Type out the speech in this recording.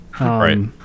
Right